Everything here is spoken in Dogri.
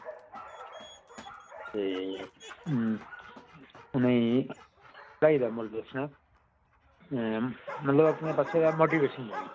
ते नेईं ढाई एम एल दा इंजेक्शन ऐ मतलब अपने पास्सै दा मोटिवेशन मिली